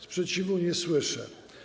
Sprzeciwu nie słyszę.